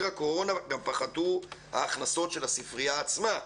הקורונה גם פחתו ההכנסות של הספרייה עצמה.